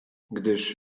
gdyż